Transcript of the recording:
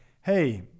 hey